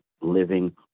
living